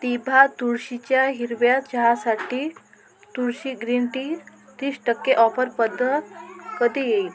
दिभा तुळशीच्या हिरव्या चहासाठी तुळशी ग्रीन टी तीस टक्के ऑफर पत्र कधी येईल